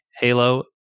Halo